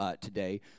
today